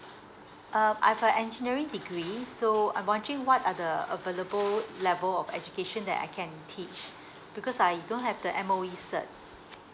uh I have a engineering degree so I'm wondering what are the available level of education that I can teach because I don't have the M_O_E cert